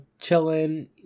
chilling